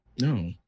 No